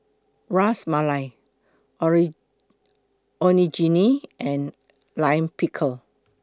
Ras Malai Onigiri and Lime Pickle